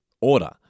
order